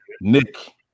Nick